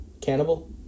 Cannibal